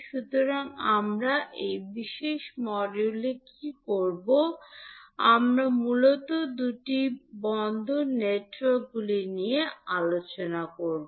সুতরাং আমরা এই বিশেষ মডিউলে কী করব আমরা মূলত দুটি পোর্ট নেটওয়ার্কগুলি নিয়ে আলোচনা করব